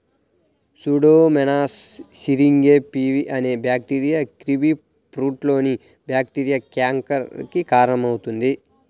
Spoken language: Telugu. సూడోమోనాస్ సిరింగే పివి అనే బ్యాక్టీరియా కివీఫ్రూట్లోని బ్యాక్టీరియా క్యాంకర్ కి కారణమవుతుంది